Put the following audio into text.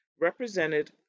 represented